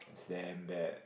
damn bad